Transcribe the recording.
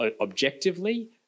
objectively